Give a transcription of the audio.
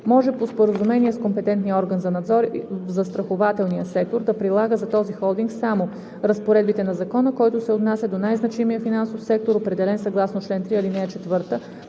може по споразумение с компетентния орган за надзор в застрахователния сектор да прилага за този холдинг само разпоредбите на закона, който се отнася до най-значимия финансов сектор, определен съгласно чл. 3, ал. 4